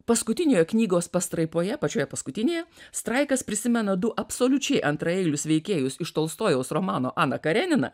paskutiniojo knygos pastraipoje pačioje paskutinėje straikas prisimena du absoliučiai antraeilius veikėjus iš tolstojaus romano ana karenina